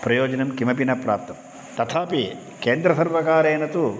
प्रयोजनं किमपि न प्राप्तं तथापि केन्द्रसर्वकारेण तु